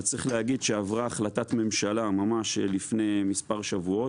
צריך להגיד שעברה החלטת ממשלה ממש לפני מספר שבועות,